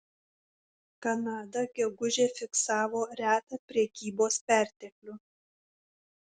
kanada gegužę fiksavo retą prekybos perteklių